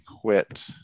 quit